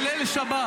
בליל שבת